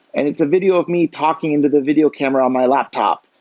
and it's a video of me talking into the video camera on my laptop.